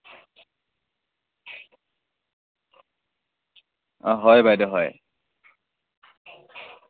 অ' হয় বাইদ' হয়